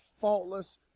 faultless